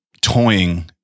toying